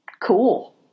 Cool